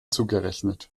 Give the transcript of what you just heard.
zugerechnet